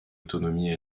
autonomie